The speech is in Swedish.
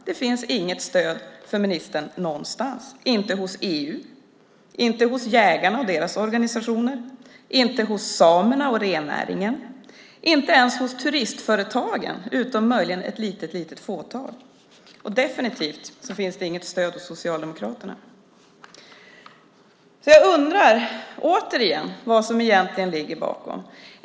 Det finns inget stöd för ministern någonstans; inte hos EU, inte hos jägarna och deras organisationer, inte hos samerna och rennäringen, inte ens hos turistföretagen utom möjligen ett litet fåtal. Det finns definitivt inget stöd hos Socialdemokraterna. Jag undrar återigen vad som egentligen ligger bakom.